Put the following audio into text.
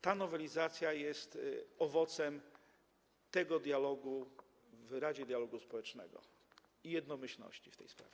Ta nowelizacja jest owocem dialogu w Radzie Dialogu Społecznego i jednomyślności w tej sprawie.